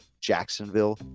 jacksonville